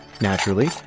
Naturally